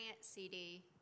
CD